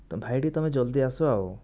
ଭାଇ ଟିକେ ତୁମେ ଜଲ୍ଦି ଆସ ଆଉ